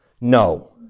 No